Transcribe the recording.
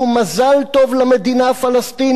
מזל טוב למדינה הפלסטינית,